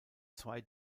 zwei